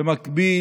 ובמקביל,